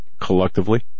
collectively